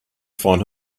find